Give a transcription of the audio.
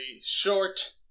short